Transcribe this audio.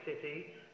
city